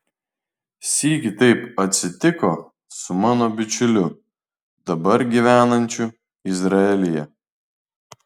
sykį taip atsitiko su mano bičiuliu dabar gyvenančiu izraelyje